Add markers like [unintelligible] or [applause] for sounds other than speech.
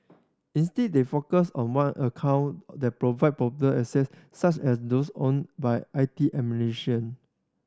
instead they focus on one account that provide broader access such as those owned by I T [unintelligible]